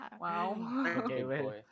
Wow